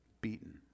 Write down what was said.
beaten